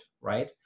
right